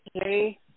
Okay